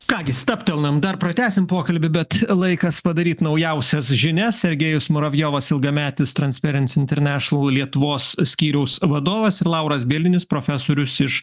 ką gi stabtelnam dar pratęsim pokalbį bet laikas padaryt naujausias žinias sergejus muravjovas ilgametis transperens internešinal lietuvos skyriaus vadovas lauras bielinis profesorius iš